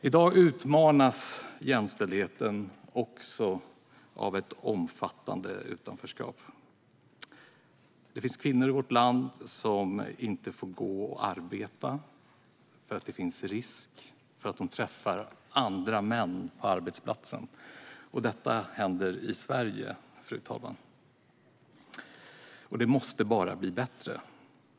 I dag utmanas jämställdheten också av ett omfattande utanförskap. Det finns kvinnor i vårt land som inte får arbeta därför att det finns en risk för att de träffar andra män på arbetsplatsen. Och detta händer i Sverige, fru talman. Det måste bara bli bättre.